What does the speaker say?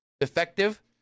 effective